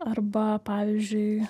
arba pavyzdžiui